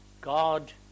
God